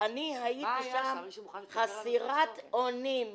אני הייתי שם חסרת אונים.